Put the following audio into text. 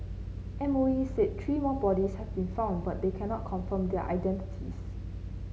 M O E said three more bodies have been found but they cannot confirm their identities